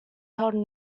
held